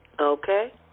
Okay